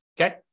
Okay